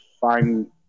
find